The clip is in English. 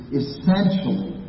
essentially